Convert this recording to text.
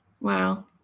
Wow